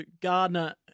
Gardner